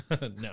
No